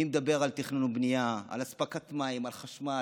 מי מדבר על תכנון ובנייה, על אספקת מים, על חשמל,